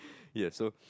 yes so